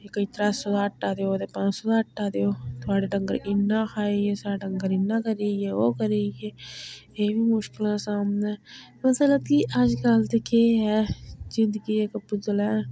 केईं त्रै सो दा आटा देओ ते पंज सौ दा आटा देओ थुआढ़े डंगर इन्ना खाई गे साढ़े डंगर इन्ना करी गै ओह् करी गे एह् बी मुश्कलें दा सामना ऐ मतलब कि अज्जकल दे केह् ऐ जिंदगी इक पुतला ऐ